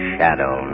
Shadow